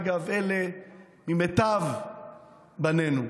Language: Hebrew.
אגב, אלה ממיטב בנינו.